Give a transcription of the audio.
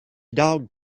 dog